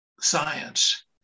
science